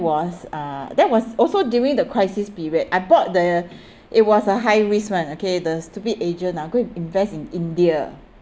was uh that was also during the crisis period I bought the it was a high risk one okay the stupid agent lah go and invest in india